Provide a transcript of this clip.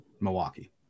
Milwaukee